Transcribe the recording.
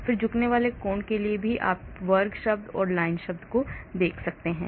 फिर झुकने वाले कोण के लिए भी आप वर्ग शब्द और एक लाइनर शब्द देख सकते हैं